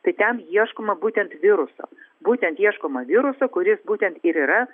tai ten ieškoma būtent viruso būtent ieškoma viruso kuris būtent ir yra